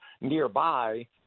nearby